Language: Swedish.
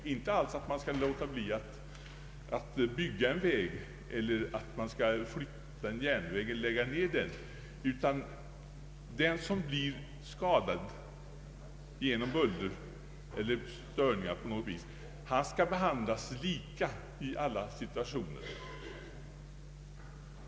Meningen är alls inte att förhindra att det byggs en väg eller flyttas en järnväg, men de som lider skada genom buller eller störningar på annat sätt skall behandlas lika i alla situationer.